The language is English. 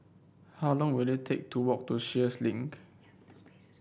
how long will it take to walk to Sheares Link